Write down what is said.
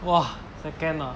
!wah! second ah